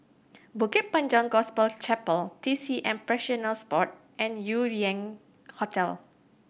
Bukit Panjang Gospel Chapel T C M Practitioners Board and Yew Lian Hotel